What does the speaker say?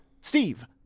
Steve